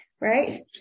Right